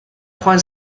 joan